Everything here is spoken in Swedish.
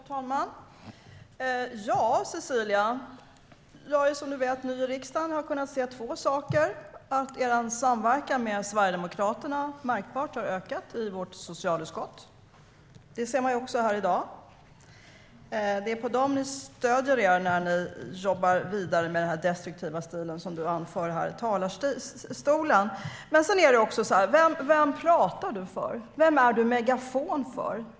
Herr talman! Ja, Cecilia, jag är som du vet ny i riksdagen. Jag har kunnat se två saker. För det första har er samverkan med Sverigedemokraterna märkbart ökat i vårt socialutskott. Det ser man här i dag. Det är på dem ni stöder er när ni jobbar vidare i den här destruktiva stilen som du anför här i talarstolen. För det andra: Vem talar du för? Vem är du megafon för?